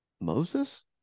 Moses